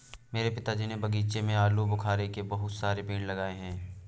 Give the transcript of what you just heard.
मेरे पिताजी ने बगीचे में आलूबुखारे के बहुत सारे पेड़ लगाए हैं